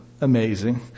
amazing